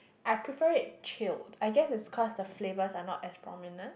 I prefer it chilled I guess is cause the flavors are not as pomegranate